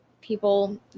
people